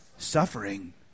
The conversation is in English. suffering